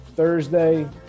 Thursday